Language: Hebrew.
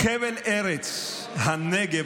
חבל ארץ הנגב,